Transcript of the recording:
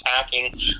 attacking